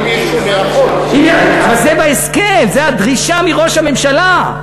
אם מישהו, אבל זה בהסכם, זו הדרישה מראש הממשלה,